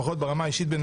לפחות ברמה האישית בינינו,